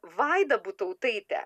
vaida butautaitė